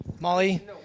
Molly